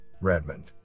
Redmond